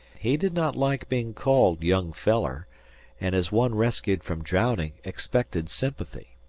he did not like being called young feller and, as one rescued from drowning, expected sympathy.